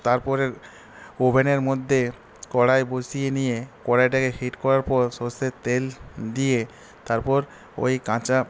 তারপরে ওভেনের মধ্যে কড়াই বসিয়ে নিয়ে কড়াইটাকে হিট করার পর সরষের তেল দিয়ে তারপর ওই কাঁচা